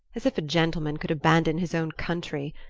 as if a gentleman could abandon his own country!